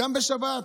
גם בשבת,